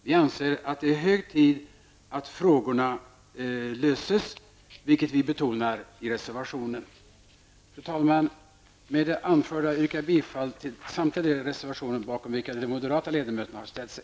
Vi anser att det är hög tid att frågorna löses, vilket vi betonar i reservationen. Fru talman! Med det anförda yrkar jag bifall till samtliga de reservationer bakom vilka de moderata ledamöterna har ställt sig.